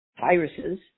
viruses